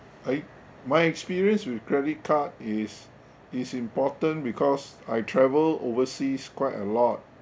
I my experience with credit card is is important because I travel overseas quite a lot